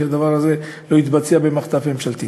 כדי שהדבר הזה לא יתבצע במערכת המחטף ממשלתי.